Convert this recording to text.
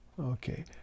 Okay